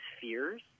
fears